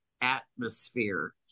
atmosphere